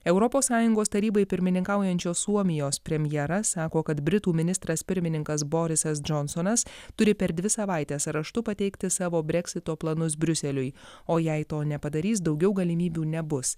europos sąjungos tarybai pirmininkaujančios suomijos premjeras sako kad britų ministras pirmininkas borisas džonsonas turi per dvi savaites raštu pateikti savo breksito planus briuseliui o jei to nepadarys daugiau galimybių nebus